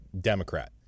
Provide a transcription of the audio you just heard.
Democrat